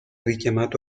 richiamato